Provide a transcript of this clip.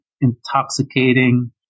intoxicating